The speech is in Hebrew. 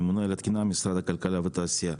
ממונה התקינה משרד הכלכלה והתעשייה.